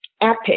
EPIC